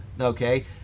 okay